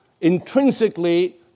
intrinsically